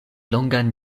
longan